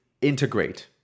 integrate